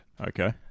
Okay